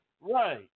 Right